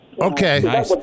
Okay